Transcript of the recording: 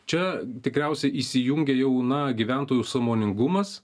čia tikriausiai įsijungia jau na gyventojų sąmoningumas